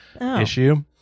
issue